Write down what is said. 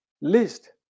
list